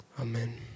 Amen